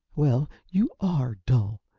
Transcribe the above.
well, you are dull!